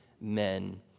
men